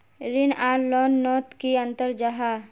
ऋण आर लोन नोत की अंतर जाहा?